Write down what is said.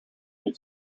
new